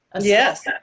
Yes